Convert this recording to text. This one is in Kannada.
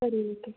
ಸರಿ ಓಕೆ